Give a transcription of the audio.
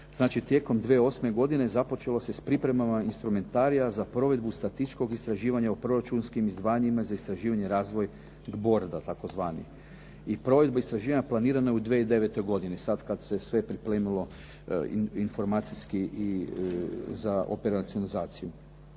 tijekom 2008. godine započelo se s pripremama instrumentarija za provedbu statističkog istraživanja u proračunskim izdvajanjima za istraživanje i razvoj, borda tzv., i provedbu istraživanja planirane u 2009. godini sad kad se sve pripremilo informacijski i za operacionalizaciju.